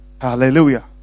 hallelujah